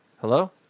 Hello